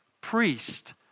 priest